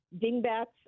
dingbats